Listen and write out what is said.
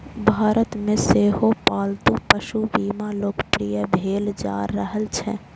भारत मे सेहो पालतू पशु बीमा लोकप्रिय भेल जा रहल छै